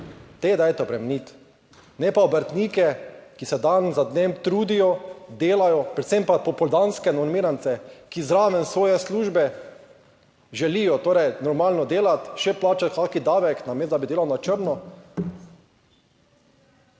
Te dajte obremeniti, ne pa obrtnike, ki se dan za dnem trudijo, delajo, predvsem pa popoldanske normirance, ki zraven svoje službe želijo torej normalno delati, še plačati kakšen davek, namesto da bi delal na črno.